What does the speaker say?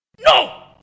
No